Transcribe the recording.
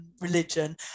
religion